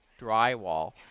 drywall